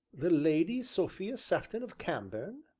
the lady sophia sefton of cambourne!